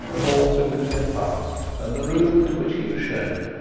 the hall through which they passed, and the room into which he was shown,